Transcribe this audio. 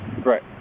Right